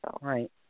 Right